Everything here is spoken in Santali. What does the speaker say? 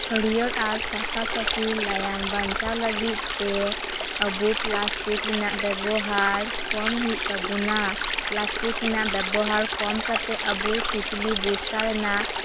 ᱦᱟᱹᱲᱭᱟᱹᱨ ᱟᱨ ᱥᱟᱯᱷᱟ ᱥᱟᱯᱷᱤ ᱞᱟᱭᱟᱝ ᱵᱟᱧᱪᱟᱣ ᱞᱟᱹᱜᱤᱫ ᱛᱮ ᱟᱵᱚ ᱯᱮᱞᱟᱥᱴᱤ ᱨᱮᱱᱟᱜ ᱵᱮᱵᱚᱦᱟᱨ ᱠᱚ ᱦᱩᱭᱩᱜ ᱛᱟᱵᱚᱱᱟ ᱯᱮᱞᱟᱥᱴᱤᱠ ᱨᱮᱱᱟᱜ ᱵᱮᱵᱚᱦᱟᱨ ᱠᱚᱢ ᱠᱟᱛᱮᱫ ᱟᱵᱚ ᱥᱩᱛᱞᱤ ᱵᱚᱥᱛᱟ ᱨᱮᱱᱟᱜ